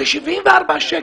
ל-74 שקל,